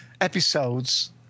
episodes